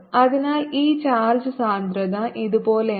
അതിനാൽ ഈ ചാർജ് സാന്ദ്രത ഇതുപോലെയാണ്